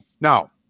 Now